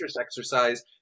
exercise